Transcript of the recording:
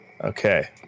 Okay